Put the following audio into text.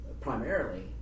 primarily